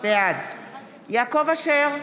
בעד יעקב אשר,